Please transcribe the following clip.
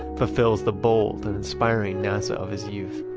fulfills the bold and inspiring nasa of his youth.